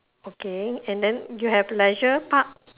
okay and then you have leisure park